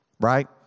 right